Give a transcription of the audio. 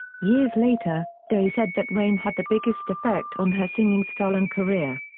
years later, day said that raine had the biggest effect on her singing style and career.